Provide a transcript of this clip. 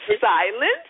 silence